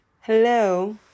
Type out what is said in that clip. Hello